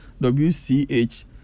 WCH